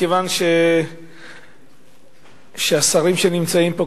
מכיוון שהשרים שנמצאים פה,